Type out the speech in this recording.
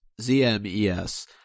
Z-M-E-S